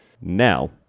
Now